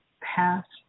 past